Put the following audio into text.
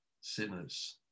sinners